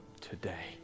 today